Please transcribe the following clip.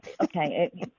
okay